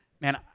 man